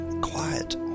quiet